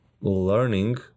learning